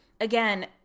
again